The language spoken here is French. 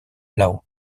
law